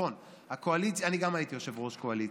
גם אני הייתי יושב-ראש קואליציה,